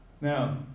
Now